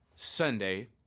Sunday